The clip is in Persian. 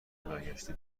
برگشته